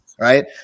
right